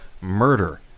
murder